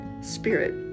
spirit